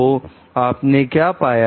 दो आपने क्या पाया